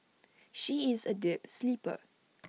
she is A deep sleeper